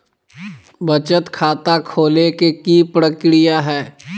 बचत खाता खोले के कि प्रक्रिया है?